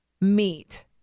meet